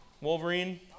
Wolverine